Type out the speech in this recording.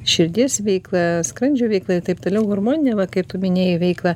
širdies veiklą skrandžio veiklą ir taip toliau hormoninę va kaip tu minėjai veiklą